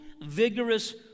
vigorous